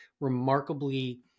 remarkably